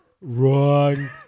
wrong